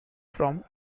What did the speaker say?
from